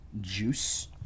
juice